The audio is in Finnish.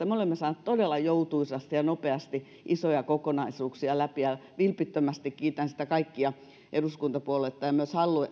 me olemme saaneet todella joutuisasti ja nopeasti isoja kokonaisuuksia läpi ja vilpittömästi kiitän siitä kaikkia eduskuntapuolueita ja myös